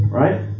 right